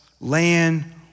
land